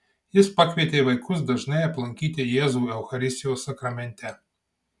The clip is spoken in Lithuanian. jis pakvietė vaikus dažnai aplankyti jėzų eucharistijos sakramente